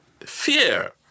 Fear